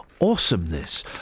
awesomeness